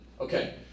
Okay